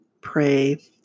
pray